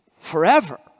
forever